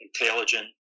intelligent